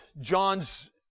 John's